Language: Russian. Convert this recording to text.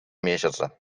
месяце